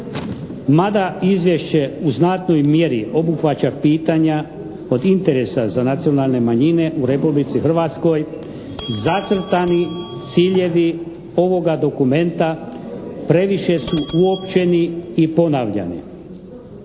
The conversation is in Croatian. Mada Izvješće u znatnoj mjeri obuhvaća pitanja od interesa za nacionalne manjine u Republici Hrvatskoj zacrtani ciljevi ovoga dokumenta previše su uopćeni i ponavljani.